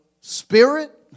spirit